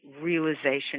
realization